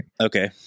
Okay